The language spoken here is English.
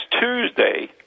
Tuesday